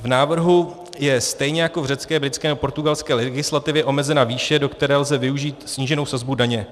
V návrhu je stejně jako v řecké, britské nebo portugalské legislativě omezena výše, do které lze využít sníženou sazbu daně.